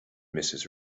mrs